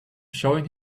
showing